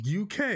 UK